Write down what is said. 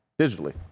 digitally